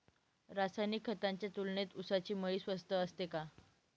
रासायनिक खतांच्या तुलनेत ऊसाची मळी स्वस्त असते का?